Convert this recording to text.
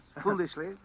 foolishly